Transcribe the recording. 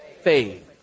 Faith